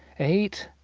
eight,